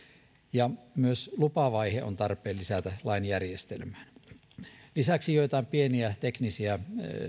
ja myös lupavaihe on tarpeen lisätä lain järjestelmään lisäksi joitain pieniä teknisiä